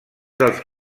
dels